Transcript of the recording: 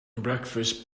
breakfast